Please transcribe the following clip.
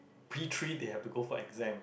P three they have to go for exam